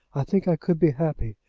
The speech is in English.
i think i could be happy,